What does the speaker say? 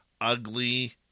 ugly